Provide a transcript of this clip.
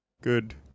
Good